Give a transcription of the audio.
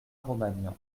romagnan